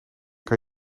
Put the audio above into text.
kan